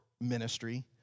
ministry